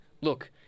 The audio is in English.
Look